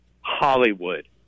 Hollywood